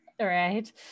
Right